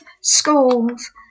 schools